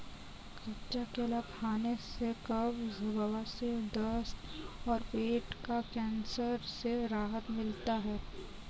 कच्चा केला खाने से कब्ज, बवासीर, दस्त और पेट का कैंसर से राहत मिलता है